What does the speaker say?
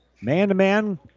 Man-to-man